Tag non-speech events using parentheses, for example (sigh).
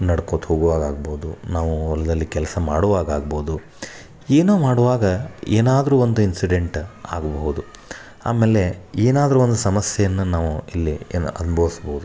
ನಡ್ಕೊತ ಹೋಗ್ವಾಗ ಆಗ್ಬೌದು ನಾವು ಹೊಲದಲ್ಲಿ ಕೆಲಸ ಮಾಡುವಾಗ ಆಗ್ಬೌದು ಏನೋ ಮಾಡುವಾಗ ಏನಾದರೂ ಒಂದು ಇನ್ಸಿಡೆಂಟ್ ಆಗಬಹುದು ಆಮೇಲೆ ಏನಾದರೋ ಒಂದು ಸಮಸ್ಯೆಯನ್ನು ನಾವು ಇಲ್ಲಿ (unintelligible) ಅನ್ಬವ್ಸ್ಬೋದು